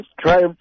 try